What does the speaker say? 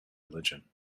religion